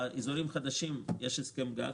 באזורים חדשים יש הסכם גג,